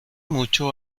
mucho